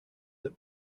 that